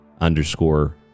underscore